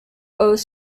owes